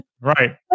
Right